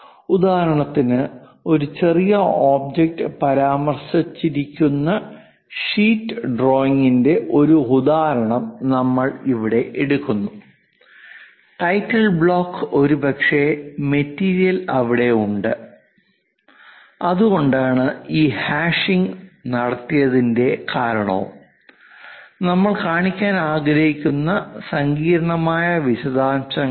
ഉദാഹരണത്തിന് ഒരു ഒബ്ജക്റ്റ് പരാമർശിച്ചിരിക്കുന്ന ഷീറ്റ് ഡ്രോയിംഗിന്റെ ഒരു ഉദാഹരണം നമ്മൾ ഇവിടെ എടുക്കുന്നു ടൈറ്റിൽ ബ്ലോക്ക് ഒരുപക്ഷേ മെറ്റീരിയൽ അവിടെയുണ്ട് അതുകൊണ്ടാണ് ഈ ഹാഷിംഗ് നടത്തിയതിന്റെ കാരണവും നമ്മൾ കാണിക്കാൻ ആഗ്രഹിക്കുന്ന സങ്കീർണ്ണമായ വിശദാംശങ്ങളും